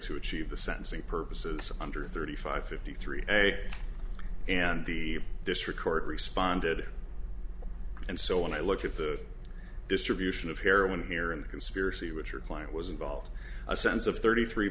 to achieve the sentencing purposes under a thirty five fifty three day and the district court responded and so when i look at the distribution of heroin here in the conspiracy with your client was involved a sense of thirty three